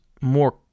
more